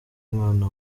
mwana